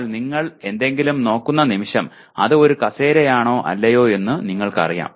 എന്നാൽ നിങ്ങൾ എന്തെങ്കിലും നോക്കുന്ന നിമിഷം അത് ഒരു കസേരയാണോ അല്ലയോ എന്ന് നിങ്ങൾക്കറിയാം